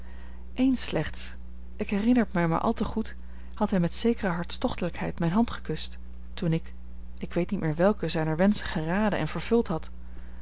eens slechts ik herinner het mij maar al te goed had hij met zekere hartstochtelijkheid mijne hand gekust toen ik ik weet niet meer welken zijner wenschen geraden en vervuld had